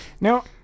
now